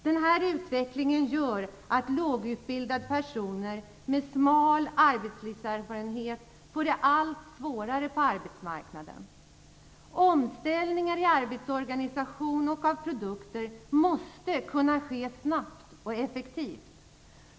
Den här utvecklingen gör att lågutbildade personer med smal arbetslivserfarenhet får det allt svårare på arbetsmarknaden. Omställningar i arbetsorganisation och av produkter måste kunna ske snabbt och effektivt.